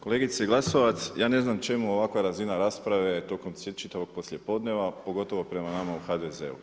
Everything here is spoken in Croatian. Kolegice Glasovac, ja ne znam čemu ovakva razina rasprava tokom čitavom poslijepodneva, pogotovo prema nama u HDZ-u.